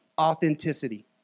Authenticity